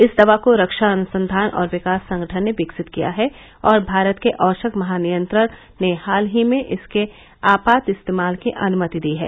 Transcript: इस दवा को रक्षा अनुसंघान और विकास संगठन ने विकसित किया है और भारत के औषध महानियंत्रक ने हाल ही में इसके आपात इस्तेमाल की अनुमति दी है